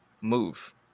move